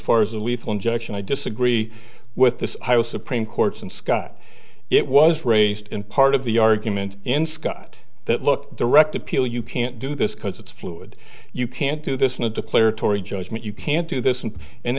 far is a lethal injection i disagree with the supreme court's and scott it was raised in part of the argument in scott that look direct appeal you can't do this because it's fluid you can't do this in a declaratory judgment you can't do this and